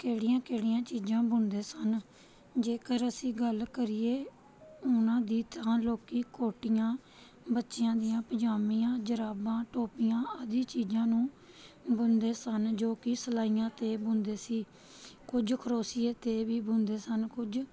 ਕਿਹੜੀਆਂ ਕਿਹੜੀਆਂ ਚੀਜ਼ਾਂ ਬੁਣਦੇ ਸਨ ਜੇਕਰ ਅਸੀਂ ਗੱਲ ਕਰੀਏ ਉਨ੍ਹਾਂ ਦੀ ਥਾਂ ਲੋਕ ਕੋਟੀਆਂ ਬੱਚਿਆਂ ਦੀਆਂ ਪਜਾਮੀਆਂ ਜੁਰਾਬਾਂ ਟੋਪੀਆਂ ਆਦਿ ਚੀਜ਼ਾਂ ਨੂੰ ਬੁਣਦੇ ਸਨ ਜੋ ਕਿ ਸਿਲਾਈਆਂ 'ਤੇ ਬੁਣਦੇ ਸੀ ਕੁਝ ਕਰੋਸ਼ੀਏ 'ਤੇ ਵੀ ਬੁਣਦੇ ਸਨ ਕੁਝ